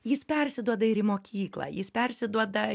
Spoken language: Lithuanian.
jis persiduoda ir į mokyklą jis persiduoda